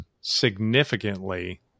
significantly